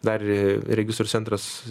dar ir registrų centras